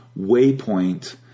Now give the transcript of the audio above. waypoint